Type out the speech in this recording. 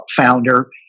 founder